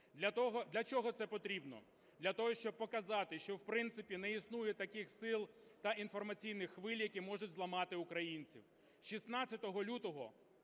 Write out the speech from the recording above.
Для чого це потрібно? Для того, щоб показати, що, в принципі, не існує таких сил та інформаційних хвиль, які можуть зламати українців.